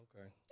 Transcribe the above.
Okay